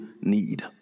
need